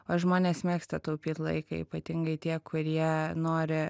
o žmonės mėgsta taupyt laiką ypatingai tie kurie nori